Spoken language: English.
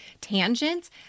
tangents